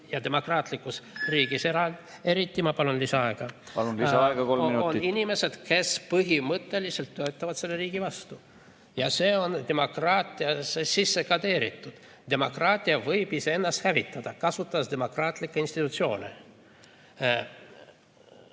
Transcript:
ja demokraatlikus riigis eriti on ... Ma palun lisaaega. Palun! Lisaaega kolm minutit. ... inimesed, kes põhimõtteliselt töötavad selle riigi vastu. Ja see on demokraatiasse sisse kodeeritud. Demokraatia võib iseennast hävitada, kasutades demokraatlikke institutsioone.Me